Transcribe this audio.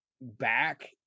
back